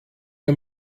nur